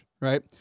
right